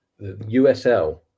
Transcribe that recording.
USL